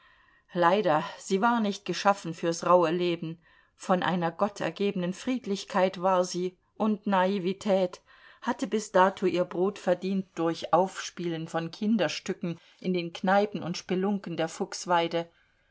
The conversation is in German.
leider sie war nicht geschaffen fürs rauhe leben von einer gottergebenen friedlichkeit war sie und naivität hatte bis dato ihr brot verdient durch aufspielen von kinderstücken in den kneipen und spelunken der